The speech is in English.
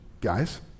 guys